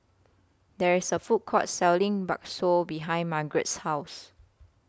There IS A Food Court Selling Bakso behind Margeret's House